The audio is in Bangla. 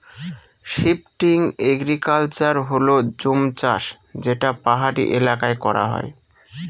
শিফটিং এগ্রিকালচার হল জুম চাষ যেটা পাহাড়ি এলাকায় করা হয়